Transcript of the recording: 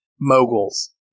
moguls